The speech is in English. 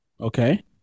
Okay